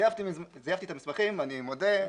זייפתי את המסמכים, אני מודה.